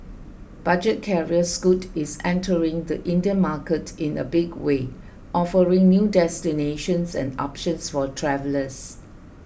budget carrier Scoot is entering the Indian market in a big way offering new destinations and options for travellers